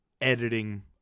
editing